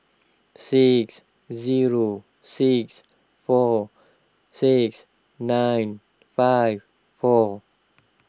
six zero six four six nine five four